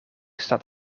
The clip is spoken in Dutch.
staat